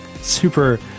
super